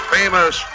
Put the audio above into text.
famous